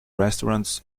restaurants